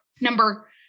Number